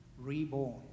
reborn